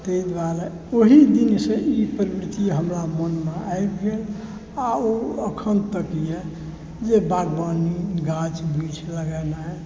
तऽ ताहि दुआरे ओहि दिनसँ ई प्रवृति हमरा मोनमे आबि गेल आओर ओ एखन तक अइ जे बागबानी गाछ वृक्ष लगेनाइ